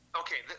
okay